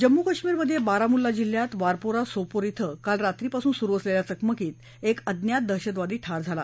जम्मू कश्मीरमधे बारामुल्ला जिल्ह्यात वारपोरा सोपोर धिं काल रात्री पासून सुरु असलेल्या चकमकीत एक अज्ञात दहशतवादी ठार झाला